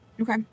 Okay